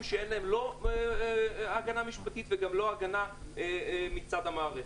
שאין להם הגנה משפטית וגם לא הגנה מצד המערכת.